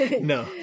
No